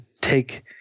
take